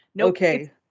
Okay